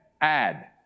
Add